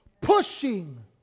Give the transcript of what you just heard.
pushing